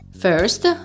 First